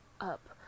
up